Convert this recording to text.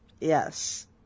yes